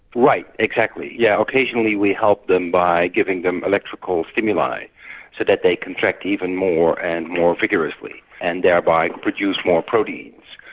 right, exactly. yes, yeah occasionally we help them by giving them electrical stimuli so that they contract even more and more vigorously and thereby produce more proteins.